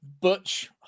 Butch